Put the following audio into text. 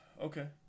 Okay